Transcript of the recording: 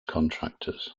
contractors